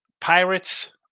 Pirates